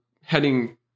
heading